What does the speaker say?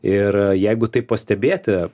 ir jeigu taip pastebėti